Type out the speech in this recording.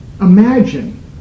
Imagine